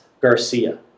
Garcia